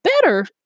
better